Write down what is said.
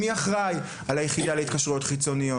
מי אחראי על היחידה להתקשרויות חיצוניות,